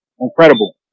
Incredible